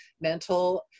mental